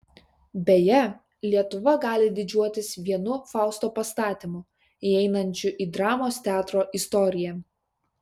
beje lietuva gali didžiuotis vienu fausto pastatymu įeinančiu į dramos teatro istoriją